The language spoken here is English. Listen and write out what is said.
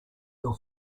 your